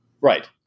Right